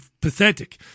pathetic